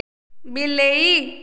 ବିଲେଇ